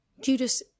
Judas